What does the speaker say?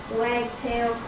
wagtail